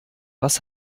was